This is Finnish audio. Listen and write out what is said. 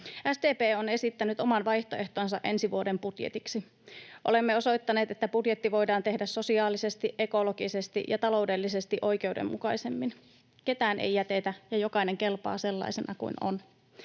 SDP on esittänyt oman vaihtoehtonsa ensi vuoden budjetiksi. Olemme osoittaneet, että budjetti voidaan tehdä sosiaalisesti, ekologisesti ja taloudellisesti oikeudenmukaisemmin. Ketään ei jätetä, ja jokainen kelpaa sellaisena kuin on.